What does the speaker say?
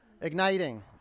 Igniting